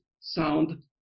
sound